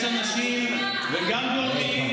יש אנשים וגם גורמים,